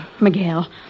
Miguel